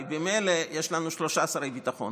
הרי ממילא יש לנו שלושה שרי ביטחון,